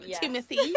Timothy